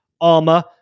Armor